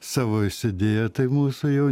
savo įsidėjo tai mūsų jau